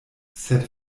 sed